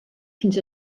fins